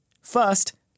First